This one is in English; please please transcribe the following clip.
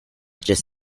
just